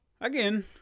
again